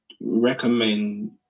recommend